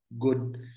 good